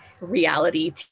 reality